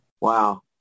Wow